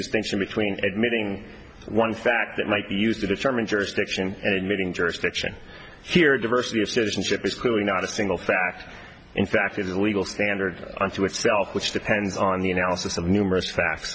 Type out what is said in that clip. distinction between admitting one fact that might be used to determine jurisdiction and admitting jurisdiction here diversity of citizenship is clearly not a single fact in fact it is a legal standard unto itself which depends on the analysis of numerous fa